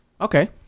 Okay